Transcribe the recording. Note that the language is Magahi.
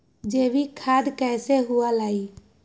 जैविक खेती कैसे हुआ लाई?